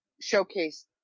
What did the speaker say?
showcase